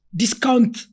discount